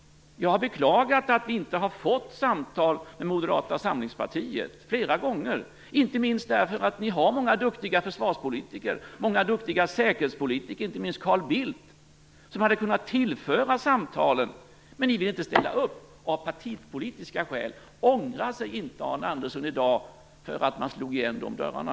Jag har flera gånger beklagat att vi inte har fått samtal med Moderata samlingspartiet. Ni har många duktiga försvarspolitiker och många duktiga säkerhetspolitiker - inte minst Carl Bildt - som hade kunnat tillföra samtalen något. Men ni vill inte ställa upp - av partipolitiska skäl. Ångrar inte Arne Andersson i dag att ni slog igen de dörrarna?